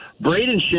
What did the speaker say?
Braden